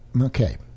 Okay